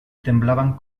temblaban